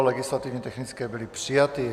Legislativně technické byly přijaty.